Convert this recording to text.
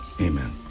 amen